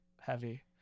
heavy